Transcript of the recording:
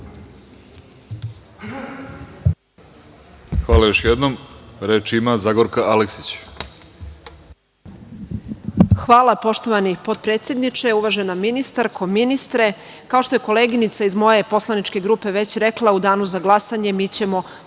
Hvala još jednom. Reč ima Zagorka Aleksić.